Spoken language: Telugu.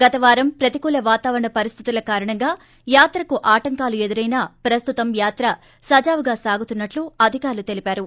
గత వారం ప్రతికూల వాతావరణ పరిస్దితుల కారణంగా యాత్రకు ఆటంకాలు ఎదురైనా ప్రస్తుతం యాత్ర సజావుగా సాగుతున్నట్లు అధికారులు తెలిపారు